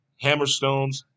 Hammerstones